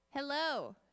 Hello